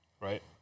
right